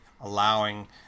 allowing